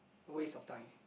waste of time